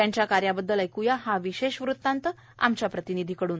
त्यांच्या कार्याबद्दल ऐकूया हा विशेष वृत्तांत आमच्या प्रतिनिधीकडून